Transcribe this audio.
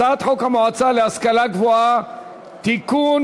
הצעת חוק המועצה להשכלה גבוהה (תיקון,